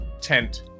tent